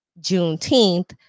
Juneteenth